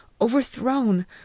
overthrown